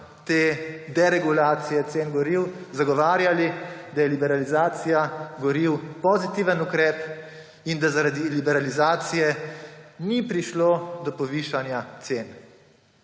te deregulacije cen goriv, zagovarjali, da je liberalizacija goriv pozitiven ukrep in da zaradi liberalizacije ni prišlo do povišanja cen.